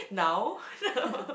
now